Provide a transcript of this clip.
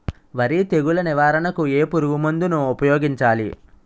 వరి తెగుల నివారణకు ఏ పురుగు మందు ను ఊపాయోగించలి?